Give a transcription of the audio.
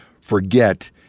forget